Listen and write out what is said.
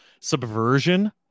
subversion